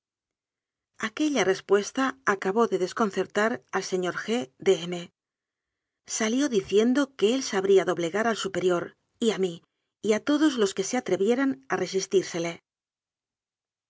res puesta acabó de desconcertar al señor g de m salió diciendo que él sabría doblegar al su perior y a mí y a todos los que se atrevieran a resistírsele